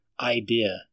idea